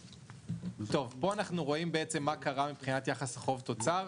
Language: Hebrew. פה אנחנו רואים מה קרה מבחינת יחס חוב-תוצר.